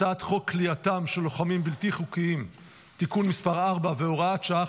הצעת חוק כליאתם של לוחמים בלתי חוקיים (תיקון מס' 4 והוראת שעה,